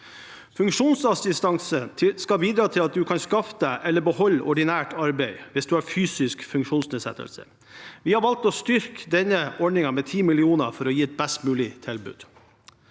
Funksjonsassistanse skal bidra til at en kan skaffe seg eller beholde ordinært arbeid hvis en har en fysisk funksjonsnedsettelse. Vi har valgt å styrke denne ordningen med 10 mill. kr for å gi et best mulig tilbud.